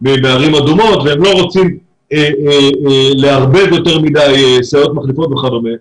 מערים אדומות והן לא רוצות לערבב יותר מדי סייעות חליפות וכדומה.